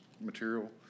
material